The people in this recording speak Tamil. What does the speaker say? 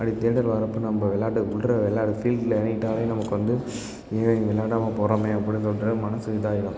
அப்படி தேடல் வர்றப்போ நம்ப விள்ளாட்ட உள்ளார விள்ளாட்ட ஃபீல்டில் இறங்கிட்டாவே நமக்கு வந்து ஐயோ இங்கே விளையாடாமப் போகிறோமே அப்படின்னு சொல்கிற மனது இதாக ஆயிடும்